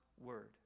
word